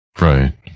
Right